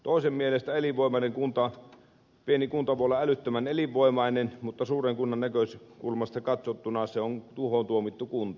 toisen mielestä pieni kunta voi olla älyttömän elinvoimainen mutta suuren kunnan näkökulmasta katsottuna se on tuhoon tuomittu kunta